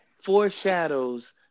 foreshadows